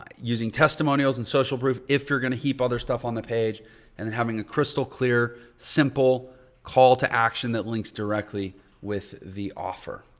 using testimonials and social proof if you're going to heap other stuff on the page and then having a crystal clear, simple call to action that links directly with the offer.